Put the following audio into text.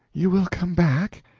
you will come back?